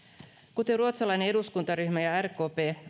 kuten ruotsalainen eduskuntaryhmä ja rkp